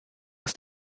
ist